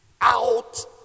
Out